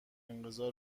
انقضا